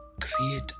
create